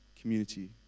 community